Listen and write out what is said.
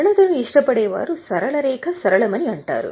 సరళతను ఇష్టపడే వారు సరళ రేఖ సరళమని అంటారు